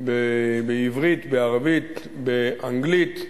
התעתיק בעברית, בערבית ובאנגלית.